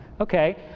Okay